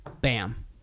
Bam